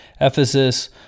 Ephesus